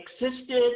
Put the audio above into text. existed